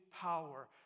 power